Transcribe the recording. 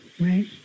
right